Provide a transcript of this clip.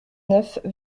neuf